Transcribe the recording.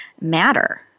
matter